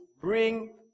bring